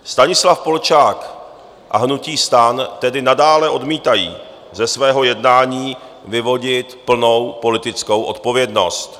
Stanislav Polčák a hnutí STAN tedy nadále odmítají ze svého jednání vyvodit plnou politickou odpovědnost.